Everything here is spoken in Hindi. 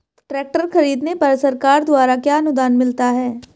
ट्रैक्टर खरीदने पर सरकार द्वारा क्या अनुदान मिलता है?